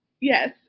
Yes